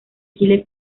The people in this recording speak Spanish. chile